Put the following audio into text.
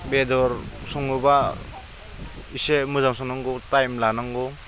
बेदर सङोबा एसे मोजां संनांगौ टाइम लानांगौ